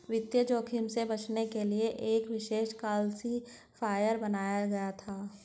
वित्तीय जोखिम से बचने के लिए एक विशेष क्लासिफ़ायर बनाया गया था